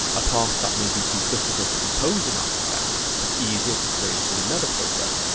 a path that may be too difficult to compose in after effects but easier to create in another program?